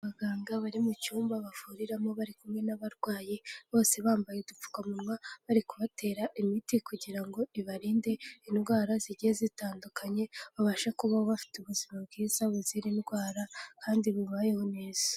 Abaganga bari mu cyumba bavuriramo, bari kumwe n'abarwayi, bose bambaye udupfukamunwa, bari kubatera imiti, kugira ngo ibarinde indwara zigiye zitandukanye, babashe kubaho bafite ubuzima bwiza buzira indwara, kandi bubayeho neza.